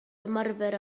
ymarfer